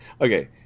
Okay